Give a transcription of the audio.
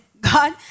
God